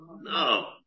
No